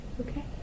Okay